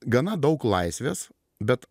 gana daug laisvės bet